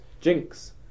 Jinx